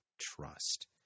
trust